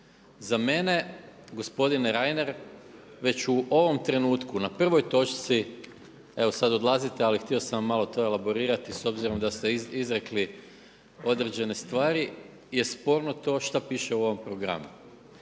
Za mene gospodine Reiner već u ovom trenutku na prvoj točci evo sad odlazite ali htio sam vam malo to elaborirati s obzirom da ste izrekli određene stvari je sporno to što piše u ovom programu.